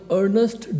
earnest